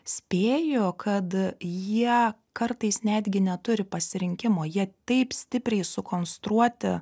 spėju kad jie kartais netgi neturi pasirinkimo jie taip stipriai sukonstruoti